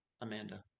Amanda